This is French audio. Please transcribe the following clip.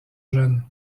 jeune